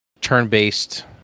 turn-based